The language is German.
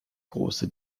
große